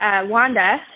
Wanda